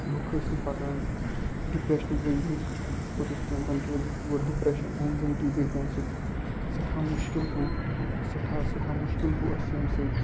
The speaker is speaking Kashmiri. لُکھ ٲسۍ نہٕ پَکان ڈِپریشنُک گٔے لُکھ پوٚتُس تَمہِ کہِ وجہ سۭتۍ گوٚو ڈِپریشن اینزایٹی گٔے تَمہِ سۭتۍ سٮ۪ٹھاہ مُشکِل گوٚو سٮ۪ٹھاہ سٮ۪ٹھاہ مُشکِل گوٚو اَسہِ ییٚمہِ سۭتۍ